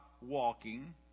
walking